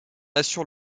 assure